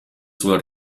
sulla